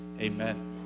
amen